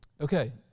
Okay